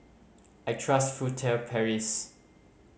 I trust Furtere Paris